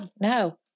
No